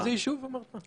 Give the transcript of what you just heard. איזה יישוב אמרת?